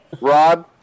Rob